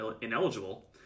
ineligible